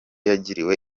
yagiriwe